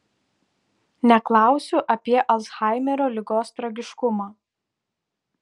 neklausiu apie alzhaimerio ligos tragiškumą